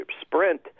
Sprint